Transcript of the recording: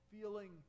feeling